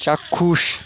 চাক্ষুষ